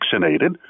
vaccinated